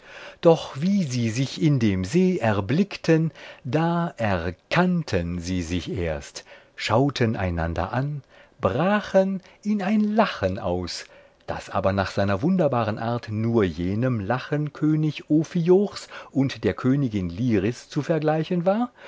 doch wie sie sich in dem see erblickten da erkannten sie sich erst schauten einander an brachen in ein lachen aus das aber nach seiner wunderbaren art nur jenem lachen königs ophiochs und der königin liris zu vergleichen war